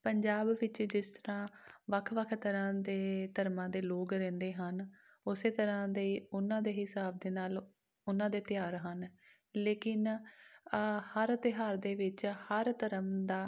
ਪੰਜਾਬ ਵਿੱਚ ਜਿਸ ਤਰ੍ਹਾਂ ਵੱਖ ਵੱਖ ਧਰਮ ਦੇ ਧਰਮਾਂ ਦੇ ਲੋਕ ਰਹਿੰਦੇ ਹਨ ਉੇਸੇ ਤਰ੍ਹਾਂ ਦੇ ਉਨ੍ਹਾਂ ਦੇ ਹਿਸਾਬ ਦੇ ਨਾਲ ਉਨ੍ਹਾਂ ਦੇ ਤਿਉਹਾਰ ਹਨ ਲੇਕਿਨ ਹਰ ਤਿਉਹਾਰ ਦੇ ਵਿੱਚ ਹਰ ਧਰਮ ਦਾ